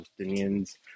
Palestinians